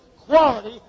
quality